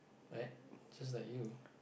right just like you